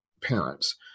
parents